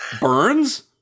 burns